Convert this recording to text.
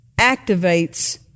activates